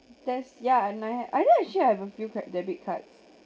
that's yeah and I had I did actually have a few cre~ debit card